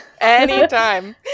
Anytime